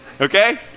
okay